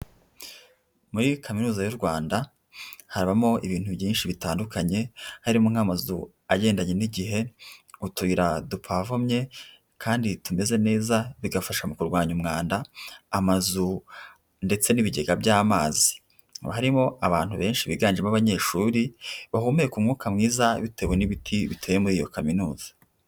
Muri kaminuza y'u Rwanda habamo ibintu byinshi bitandukanye, harimo n'amazu agendanye n'igihe, utuyira dupavomye kandi tumeze neza, bigafasha mu kurwanya umwanda, amazu ndetse n'ibigega by'amazi. Haba harimo abantu benshi biganjemo abanyeshuri, bahumeka umwuka mwiza bitewe n'ibiti biteye muri iyo kaminuza.